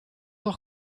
auch